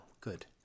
good